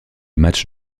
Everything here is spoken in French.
match